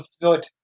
foot